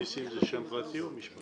אוקיי, נסים זה שם פרטי או משפחה?